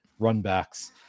runbacks